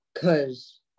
Cause